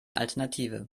alternative